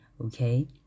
okay